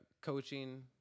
coaching